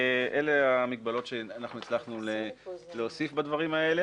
אלה המגבלות שהצלחנו להוסיף בדברים האלה.